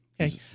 Okay